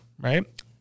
right